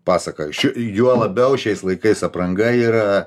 pasaka juo labiau šiais laikais apranga yra